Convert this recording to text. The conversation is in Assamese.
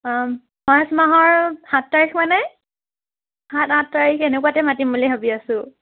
মাৰ্চ মাহৰ সাত তাৰিখ মানে সাত আঠ তাৰিখ এনেকুৱাতে মাতিম বুলি ভাবি আছোঁ